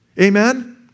Amen